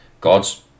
God's